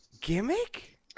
gimmick